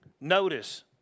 Notice